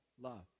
love